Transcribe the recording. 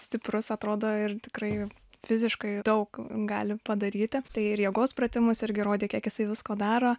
stiprus atrodo ir tikrai fiziškai daug gali padaryti tai ir jėgos pratimus irgi rodė kiek jisai visko daro